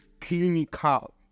clinical